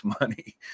money